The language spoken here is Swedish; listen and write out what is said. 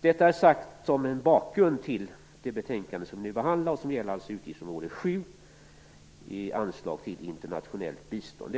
detta sagt som bakgrund till det betänkande som nu behandlas och som alltså gäller utgiftsområde 7 - anslag till internationellt bistånd.